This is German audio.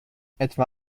etwa